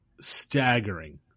staggering